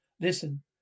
Listen